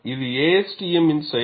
இது ASTM இன் செயல்